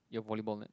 your volleyball net